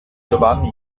giovanni